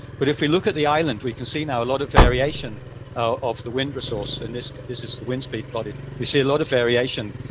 but if we look at the island, we can see, now, a lot of variation of the wind resource, and this is the windspeed plotted. we see a lot of variation,